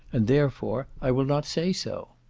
and therefore i will not say so.